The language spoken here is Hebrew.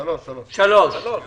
--- יש ארבע העברות,